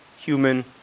human